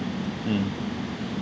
mm